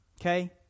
Okay